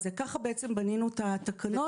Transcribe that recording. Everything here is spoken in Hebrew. ככה בעצם בנינו את התקנות.